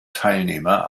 teilnehmer